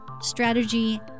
strategy